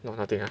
no nothing ah